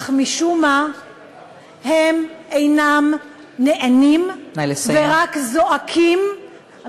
אך משום מה הם אינם נענים, ורק זועקים,